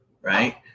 Right